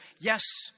yes